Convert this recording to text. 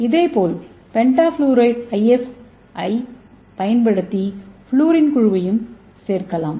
இதேபோல் pentafluoride IF5 ஐப் பயன்படுத்தி ஃவுளூரின் குழுவையும் சேர்க்கலாம்